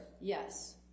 Yes